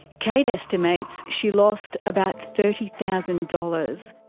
kate estimates she lost about thirty thousand dollars.